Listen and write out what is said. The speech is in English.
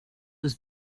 was